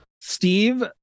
steve